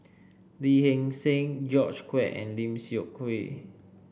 Lee Hee Seng George Quek and Lim Seok Hui